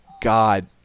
God